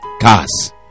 cars